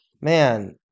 man